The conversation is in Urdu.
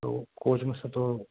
تو کوچ میں سے تو